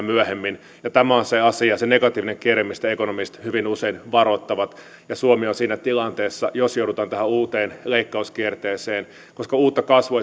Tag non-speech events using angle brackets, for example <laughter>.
<unintelligible> myöhemmin tämä on se asia se negatiivinen kierre mistä ekonomistit hyvin usein varoittavat suomi on siinä tilanteessa jos joudutaan tähän uuteen leikkauskierteeseen että koska uutta kasvua <unintelligible>